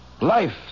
Life